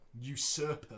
Usurper